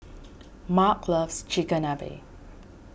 Marc loves Chigenabe